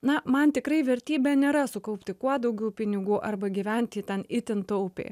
na man tikrai vertybė nėra sukaupti kuo daugiau pinigų arba gyventi ten itin taupiai